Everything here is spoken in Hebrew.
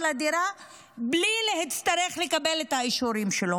לדירה בלי להצטרך לקבל את האישורים שלו.